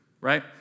right